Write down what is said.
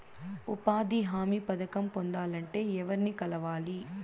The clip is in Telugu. ఉపాధి హామీ పథకం పొందాలంటే ఎవర్ని కలవాలి?